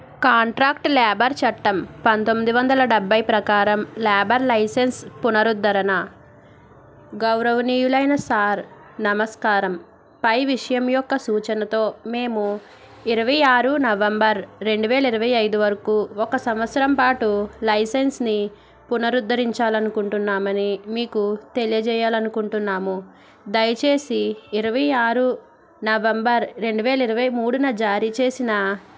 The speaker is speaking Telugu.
కాంట్రాక్ట్ లేబర్ చట్టం పంతొమ్మిది వందల డెబ్బై ప్రకారం లేబర్ లైసెన్స్ పునరుద్ధరణ గౌరవనీయులైన సార్ నమస్కారం పై విషయం యొక్క సూచనతో మేము ఇరవై ఆరు నవంబర్ రెండువేల ఇరవై ఐదు వరకు ఒక సంవత్సరం పాటు లైసెన్స్ని పునరుద్ధరించాలనుకుంటున్నామని మీకు తెలియజేయాలనుకుంటున్నాము దయచేసి ఇరవై ఆరు నవంబర్ రెండువేల ఇరవై మూడున జారీ చేసిన